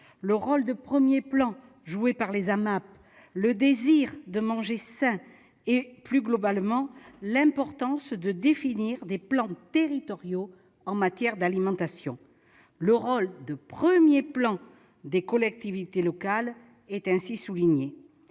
agriculture paysanne (AMAP), le désir de manger sain et, plus globalement, l'importance de définir des plans territoriaux en matière d'alimentation. Le rôle de premier plan des collectivités locales est ainsi souligné.